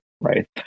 right